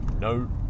no